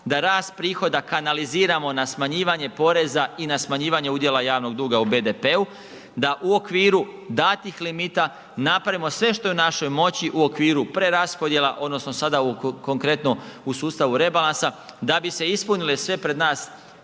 da rast prihoda kanaliziramo na smanjivanje poreza i na smanjivanje udjela javnog duga u BDP-u, da u okviru datih limita napravimo sve što je u našoj moći u okviru preraspodjela odnosno sada konkretno u sustavu rebalansa da bi se ispunile sve pred nas